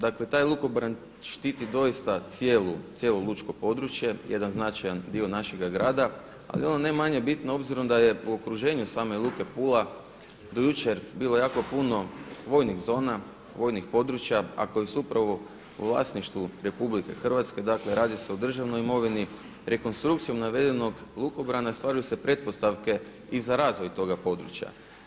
Dakle taj lukobran štiti doista cijelo lučko područje, jedan značajan dio našega grada ali ono ne manje bitno obzirom da je po okruženju same Luka Pula do jučer bilo jako puno vojnih zona, vojnih područja, a koji su upravo u vlasništvu RH dakle radi se o državnoj imovini, rekonstrukcijom navedenog lukobrana stvaraju se pretpostavke i za razvoj toga područja.